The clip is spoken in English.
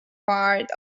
part